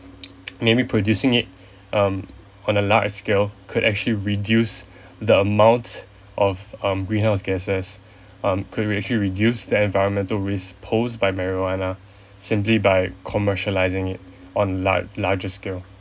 maybe producing it um on the large scale could actually reduce the amount of um green house gasses um could actually reduce the environmental risk posed by marijuana simply by commercialising it on large larger scale